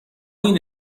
این